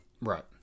Right